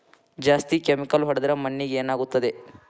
ಜಾಸ್ತಿ ಕೆಮಿಕಲ್ ಹೊಡೆದ್ರ ಮಣ್ಣಿಗೆ ಏನಾಗುತ್ತದೆ?